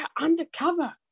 undercover